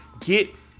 get